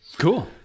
Cool